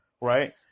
right